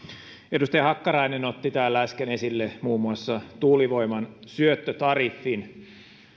edustaja hakkarainen otti täällä äsken esille muun muassa tuulivoiman syöttötariffin